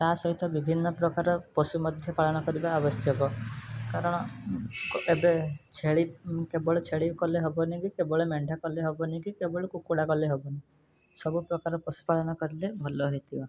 ତା ସହିତ ବିଭିନ୍ନ ପ୍ରକାର ପଶୁ ମଧ୍ୟ ପାଳନ କରିବା ଆବଶ୍ୟକ କାରଣ ଏବେ ଛେଳି କେବଳ ଛେଳି କଲେ ହେବନି କି କେବଳ ମେଣ୍ଢା କଲେ ହେବନି କି କେବଳ କୁକୁଡ଼ା କଲେ ହେବନି ସବୁ ପ୍ରକାର ପଶୁ ପାଳନ କଲେ ଭଲ ହୋଇଥିବ